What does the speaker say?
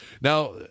Now